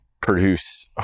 produce